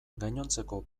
gainontzeko